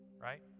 right